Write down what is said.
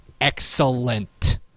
excellent